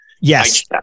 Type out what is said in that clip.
Yes